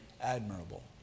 admirable